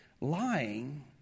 Lying